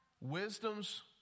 wisdom's